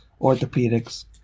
orthopedics